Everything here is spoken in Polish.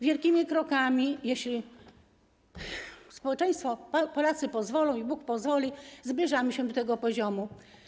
Wielkimi krokami, jeśli społeczeństwo i Polacy pozwolą i Bóg pozwoli, zbliżamy się do tego poziomu.